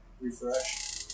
refresh